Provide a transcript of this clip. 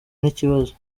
n’ikibazo